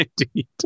indeed